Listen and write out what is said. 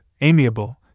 amiable